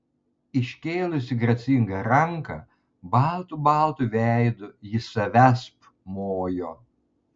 iškėlusi gracingą ranką baltu baltu veidu ji savęsp mojo